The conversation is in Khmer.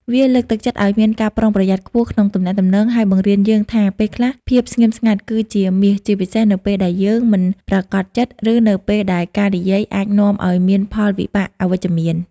វាលើកទឹកចិត្តឱ្យមានការប្រុងប្រយ័ត្នខ្ពស់ក្នុងការទំនាក់ទំនង ហើយបង្រៀនយើងថា ពេលខ្លះភាពស្ងៀមស្ងាត់គឺជាមាស ជាពិសេសនៅពេលដែលយើងមិនប្រាកដចិត្ត ឬនៅពេលដែលការនិយាយអាចនាំឱ្យមានផលវិបាកអវិជ្ជមាន។